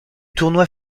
tournois